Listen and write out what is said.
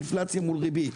אינפלציה מול ריבית.